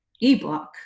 ebook